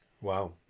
Wow